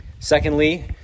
Secondly